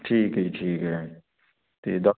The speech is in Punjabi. ਠੀਕ ਹੈ ਜੀ ਠੀਕ ਹੈ ਅਤੇ